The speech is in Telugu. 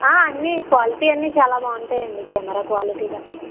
అన్ని క్వాలిటీ అన్ని చాలా బాగుంటాయి అండి కెమెరా క్వాలిటీ గట్రా